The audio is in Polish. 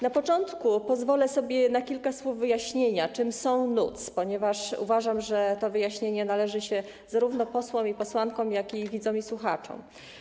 Na początku pozwolę sobie na kilka słów wyjaśnienia, czym są NUTS, ponieważ uważam, że to wyjaśnienie należy się zarówno posłom i posłankom, jak i widzom i słuchaczom.